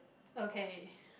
okay